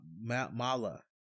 Mala